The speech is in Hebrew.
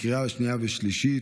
לקריאה שנייה ושלישית.